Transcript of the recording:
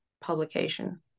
publication